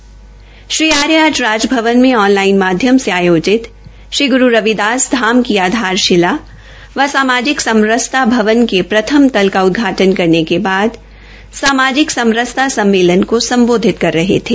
राज्यपाल श्री आर्य आज राजभवन में ऑनलाईन माध्यम से आयोजित श्री ग्रु रविदास धाम क्रुक्षेत्र की आधारशिला व सामाजिक समरसता भवन के प्रथम तल का उद्घाटन करने के पश्चात सामाजिक समरसता सम्मेलन को सम्बोधित कर रहे थे